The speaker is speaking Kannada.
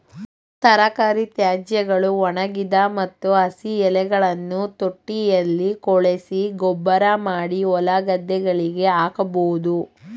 ತರಕಾರಿ ತ್ಯಾಜ್ಯಗಳು, ಒಣಗಿದ ಮತ್ತು ಹಸಿ ಎಲೆಗಳನ್ನು ತೊಟ್ಟಿಯಲ್ಲಿ ಕೊಳೆಸಿ ಗೊಬ್ಬರಮಾಡಿ ಹೊಲಗದ್ದೆಗಳಿಗೆ ಹಾಕಬೋದು